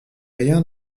rien